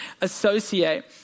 associate